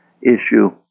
issue